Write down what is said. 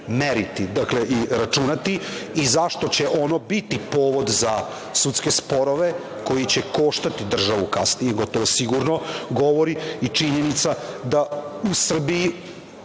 meriti i računati i zašto će ono biti povod za sudske sporove koji će koštati državu kasnije gotovo sigurno, govori i činjenica da u Srbiji